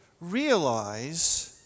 realize